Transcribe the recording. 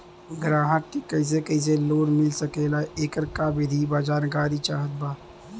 ग्राहक के कैसे कैसे लोन मिल सकेला येकर का विधि बा जानकारी चाहत बा?